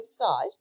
website